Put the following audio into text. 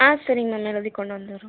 ஆ சரி மேம் எல்லாத்தையும் கொண்டு வந்துடுறோம்